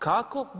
Kako?